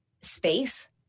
space